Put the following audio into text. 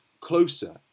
closer